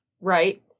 right